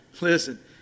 listen